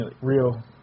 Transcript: real